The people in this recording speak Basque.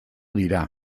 dira